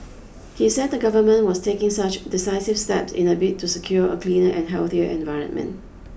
he said the government was taking such decisive steps in a bid to secure a cleaner and healthier environment